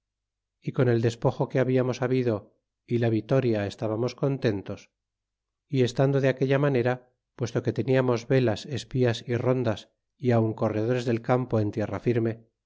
y con el despojo que hablamos habido é la vitoria estábamos contentos y estando de aquella manera puesto que teniamos velas espias y rondas y aun corredores del campo en tierra firme